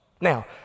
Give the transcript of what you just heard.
Now